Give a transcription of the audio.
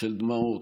של דמעות,